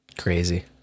crazy